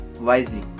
wisely